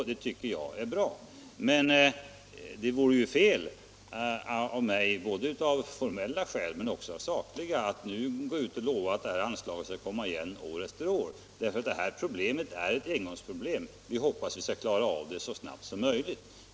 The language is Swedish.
Det tycker jag är bra. Men det vore ju fel av mig, av både formella och sakliga skäl, att gå ut och lova att det här anslaget skall komma igen år efter år, Detta rör sig om ett övergående problem som vi hoppas kunna klara av så snabbt som möjligt.